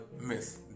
miss